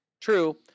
True